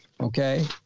Okay